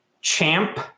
Champ